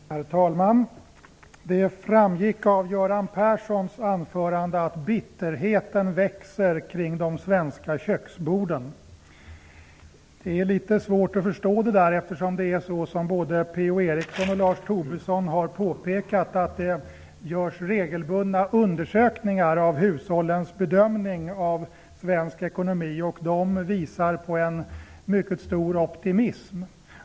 Herr talman! Det framgick av Göran Perssons anförande att bitterheten växer kring de svenska köksborden. Det är litet svårt att förstå. Både P-O Eriksson och Lars Tobisson har påpekat att det görs regelbundna undersökningar av hushållens bedömning av svensk ekonomi. De visar på en mycket stor optimism.